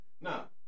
now